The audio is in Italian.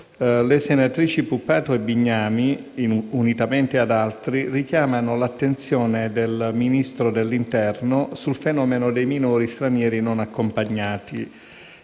le senatrici Puppato e Bignami, unitamente ad altri senatori, richiamano l'attenzione del Ministro dell'interno sul fenomeno dei minori stranieri non accompagnati,